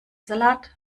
salat